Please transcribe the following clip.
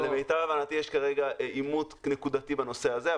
למיטב הבנתי, יש כרגע עימות נקודתי בנושא הזה.